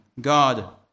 God